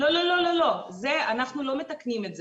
לא, לא, זה אנחנו לא מתקנים את זה.